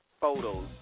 photos